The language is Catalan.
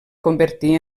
convertir